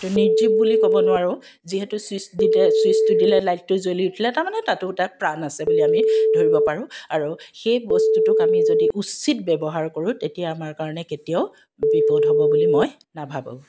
এইটো নিৰ্জীৱ বুলি ক'ব নোৱাৰোঁ যিহেতু ছুইচ দিলে ছুইচটো দিলে লাইটটো জ্বলি উঠিলে তাৰমানে তাতো তাৰ প্ৰাণ আছে বুলি আমি ধৰিব পাৰোঁ আৰু সেই বস্তুটোক আমি যদি উচিত ব্যৱহাৰ কৰোঁ তেতিয়া আমাৰ কাৰণে কেতিয়াও বিপদ হ'ব বুলি মই নাভাবোঁ